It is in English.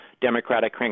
Democratic